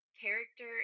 character